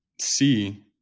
see